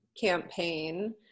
campaign